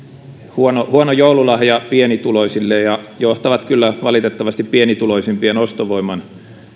huono huono joululahja pienituloisille ja johtavat kyllä valitettavasti pienituloisimpien ostovoiman